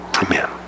Amen